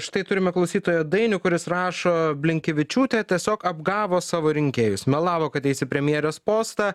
štai turime klausytoją dainių kuris rašo blinkevičiūtė tiesiog apgavo savo rinkėjus melavo kad eis įpremjerės postą